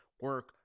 Work